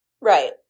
right